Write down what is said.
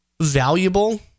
valuable